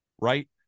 right